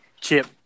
Chip